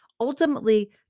Ultimately